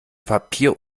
papier